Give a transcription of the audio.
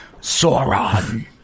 Sauron